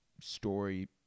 Story